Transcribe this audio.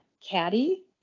caddy